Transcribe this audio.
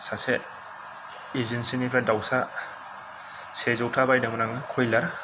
सासे एजेन्सिनिफ्राय दाउसा सेजौथा बायदों मोन आङो कुर'इलार